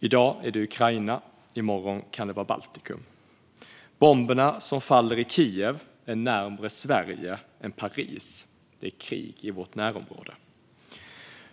I dag är det Ukraina. I morgon kan det vara Baltikum. Bomberna som faller i Kiev är närmare Sverige än Paris. Det är krig i vårt närområde.